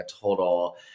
total –